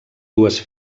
dues